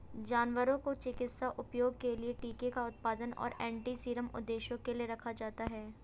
जानवरों को चिकित्सा उपयोग के लिए टीके का उत्पादन और एंटीसीरम उद्देश्यों के लिए रखा जाता है